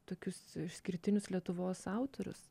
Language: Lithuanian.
tokius išskirtinius lietuvos autorius